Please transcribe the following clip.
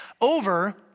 over